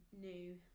new